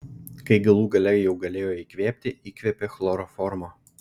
kai galų gale jau galėjo įkvėpti įkvėpė chloroformo